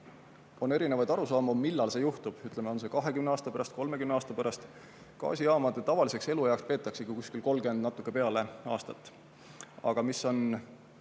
On erinevaid arusaamu, millal see juhtub, on see 20 aasta pärast või 30 aasta pärast. Gaasijaamade tavaliseks elueaks peetaksegi 30 ja natuke peale aastat. Aga vähemalt